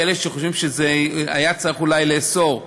כאלה שחושבים שהיה צריך אולי לאסור.